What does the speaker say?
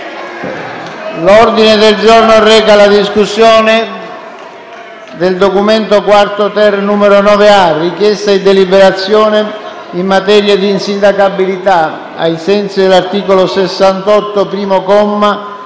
L'ordine del giorno reca la discussione del documento: «Richiesta di deliberazione in materia di insindacabilità ai sensi dell'articolo 68, primo comma,